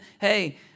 Hey